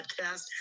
podcast